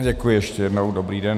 Děkuji ještě jednou, dobrý den.